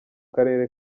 karere